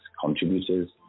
contributors